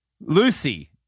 Lucy